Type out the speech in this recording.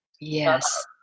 Yes